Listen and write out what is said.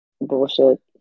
Bullshit